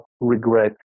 regret